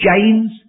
James